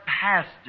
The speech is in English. pastor